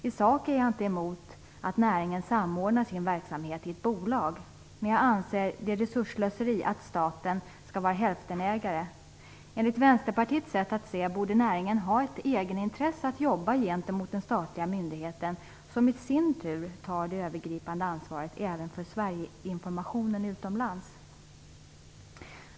I sak är jag inte emot att näringen samordnar sin verksamhet i ett bolag, men jag anser att det är resursslöseri att staten skall vara hälftenägare. Enligt Vänsterpartiets sätt att se borde näringen ha en egenintresse i att jobba gentemot den statliga myndigheten, som i sin tur tar det övergripande ansvaret även för Sverigeinformationen utomlands.